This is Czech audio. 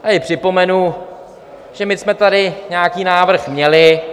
Tady připomenu, že my jsme tady nějaký návrh měli.